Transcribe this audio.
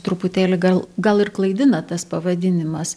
truputėlį gal gal ir klaidina tas pavadinimas